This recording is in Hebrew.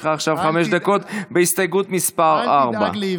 יש לך עכשיו חמש דקות בהסתייגות מס' 4. אל תדאג לי.